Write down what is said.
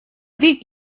dic